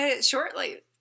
Shortly